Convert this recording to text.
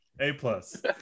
A-plus